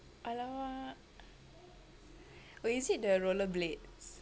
!alamak! oh is it the roller blades